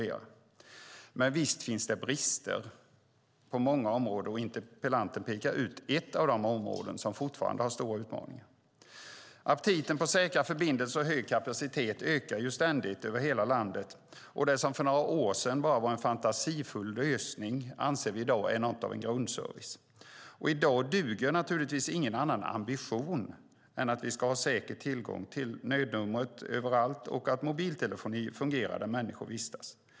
Men visst finns det brister på många områden, och interpellanten pekar på ett av de områden som fortfarande har stora utmaningar. Aptiten på säkra förbindelser och hög kapacitet ökar ständigt över hela landet. Det som för några år sedan bara var en fantasifull lösning anser vi i dag vara något av en grundservice. I dag duger naturligtvis ingen annan ambition än att vi ska ha säker tillgång till nödnumret överallt och att mobiltelefoni fungerar där människor vistas.